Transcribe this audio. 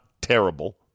terrible